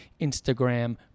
Instagram